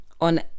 on